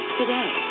today